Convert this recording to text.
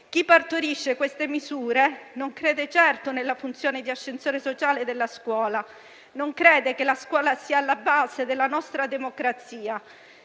Chi partorisce queste misure non crede certo nella funzione di ascensore sociale della scuola, non crede che la scuola sia alla base della nostra democrazia,